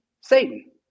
Satan